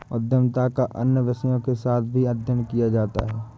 उद्यमिता का अन्य विषयों के साथ भी अध्ययन किया जाता है